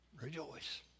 Rejoice